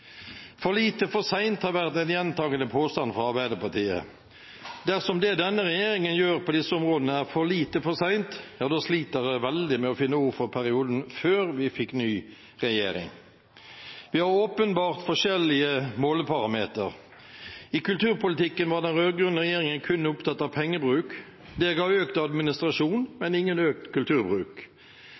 «For lite for seint», har vært en gjentagende påstand fra Arbeiderpartiet. Dersom det denne regjeringen gjør på disse områdene er «for lite for seint», ja da sliter jeg veldig med å finne ord for perioden før vi fikk ny regjering. Vi har åpenbart forskjellige måleparametere. I kulturpolitikken var den rød-grønne regjeringen kun opptatt av pengebruk. Det ga økt administrasjon, men ingen økt kulturbruk.